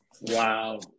Wow